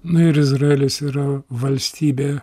na ir izraelis yra valstybė